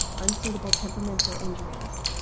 unsuitable temperaments or injuries.